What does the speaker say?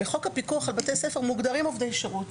בחוק הפיקוח על בתי ספר מוגדרים עובדי שירות